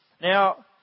Now